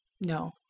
No